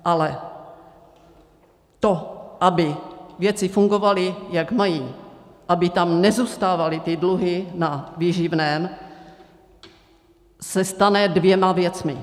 Ale to, aby věci fungovaly, jak mají, aby tam nezůstávaly ty dluhy na výživném, se stane dvěma věcmi.